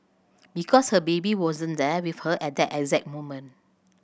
because her baby wasn't there with her at that exact moment